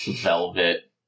velvet